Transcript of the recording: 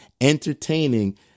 entertaining